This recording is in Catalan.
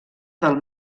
del